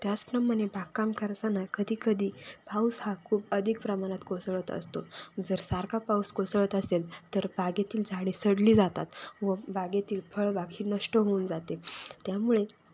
त्याचप्रमाणे बागकाम करताना कधीकधी पाऊस हा खूप अधिक प्रमाणात कोसळत असतो जर सारखा पाऊस कोसळत असेल तर बागेतील झाडे सडली जातात व बागेतील फळबाग ही नष्ट होऊन जाते त्यामुळे